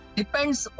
depends